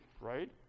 right